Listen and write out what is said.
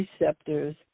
receptors